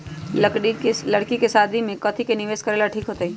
लड़की के शादी ला काथी में निवेस करेला ठीक होतई?